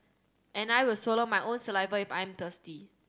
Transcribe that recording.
and I will swallow my own saliva if I'm thirsty